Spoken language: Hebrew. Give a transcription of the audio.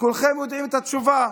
כולכם יודעים את התשובה.